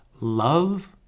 Love